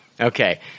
Okay